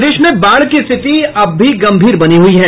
प्रदेश में बाढ़ की स्थिति अब भी गंभीर बनी हुई है